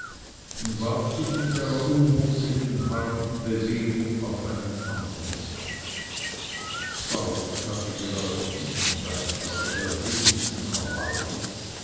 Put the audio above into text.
und warf sich mit einer unmutigen harten bewegung auf einen andern fausch hatte gerade diesen gast heute am wenigsten erwartet